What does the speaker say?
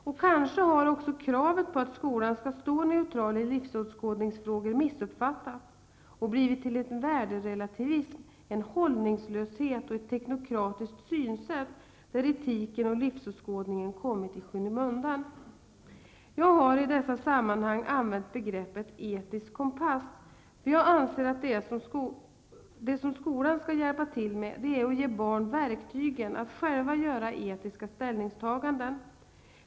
Och kanske har också kravet på att skolan skall stå neutral i livsåskådningsfrågor missuppfattats och blivit till en värderelativism, en hållningslöshet och ett teknokratiskt synsätt där etiken och livsåskådningen kommit i skymundan. Jag har i dessa sammanhang använt begreppet etisk kompass, för jag anser att det som skolan skall hjälpa till med är att ge barn verktygen att själva göra etiska ställningstaganden.